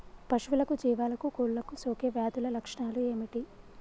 పశువులకు జీవాలకు కోళ్ళకు సోకే వ్యాధుల లక్షణాలు ఏమిటి?